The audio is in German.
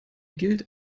gilt